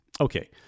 Okay